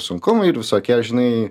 sunkumai ir visokie žinai